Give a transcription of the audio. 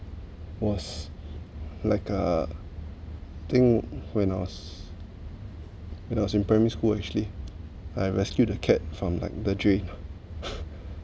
was like a thing when I was when I was in primary school actually I rescued a cat from like the drain